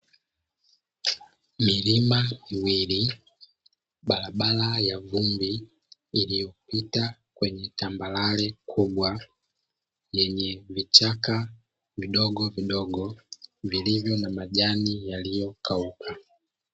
Milima miwili, barabara ya vumbi iliyopita kwenye tambarare kubwa yenye vichaka vidogovidogo vilivyo na majani yaliyokauka.